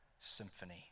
symphony